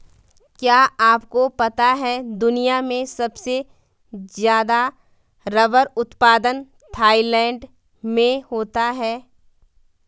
क्या आपको पता है दुनिया में सबसे ज़्यादा रबर उत्पादन थाईलैंड में होता है?